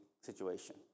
situation